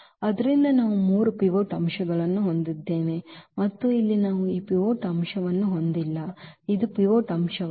ಆದ್ದರಿಂದ ನಾವು ಮೂರು ಪಿವೋಟ್ ಅಂಶಗಳನ್ನು ಹೊಂದಿದ್ದೇವೆ ಮತ್ತು ಇಲ್ಲಿ ನಾವು ಈ ಪಿವೋಟ್ ಅಂಶವನ್ನು ಹೊಂದಿಲ್ಲ ಇದು ಪಿವೋಟ್ ಅಂಶವಲ್ಲ